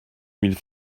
mille